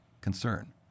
concern